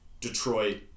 Detroit